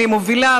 אני מובילה,